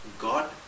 God